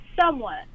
Somewhat